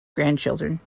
grandchildren